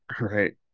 Right